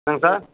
என்னங்க சார்